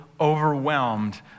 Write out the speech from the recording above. overwhelmed